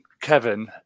Kevin